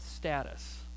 Status